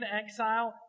exile